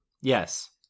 yes